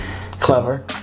Clever